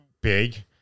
big